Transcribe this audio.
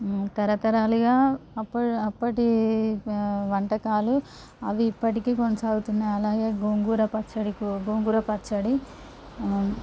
తరతరాలగా అప్పటి వంటకాలు అవి ఇప్పటికి కొనసాగుతున్నాయి గోంగూర పచ్చడి గోంగూర పచ్చడి